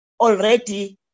already